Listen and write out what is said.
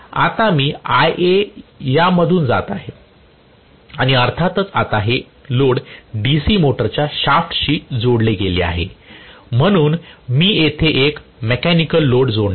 आता मी Ia या मधून जात आहे आणि अर्थातच आता हे लोड DC मोटरच्या शाफ्टशी जोडले गेले आहे म्हणून मी येथे एक मेकॅनिकल लोड जोडणार आहे